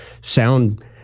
sound